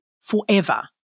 forever